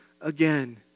again